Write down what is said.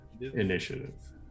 initiative